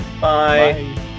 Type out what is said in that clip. Bye